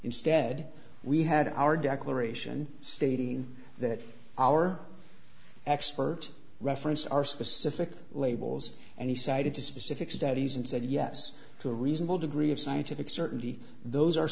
instead we had our declaration stating that our expert reference our specific labels and he cited to specific studies and said yes to a reasonable degree of scientific certainty those are